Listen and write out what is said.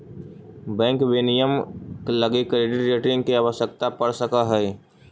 bank विनियमन लगी credit rating के आवश्यकता पड़ सकऽ हइ